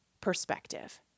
perspective